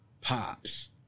Pops